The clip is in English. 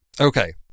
Okay